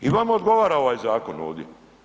I vama odgovara ovaj zakon ovdje.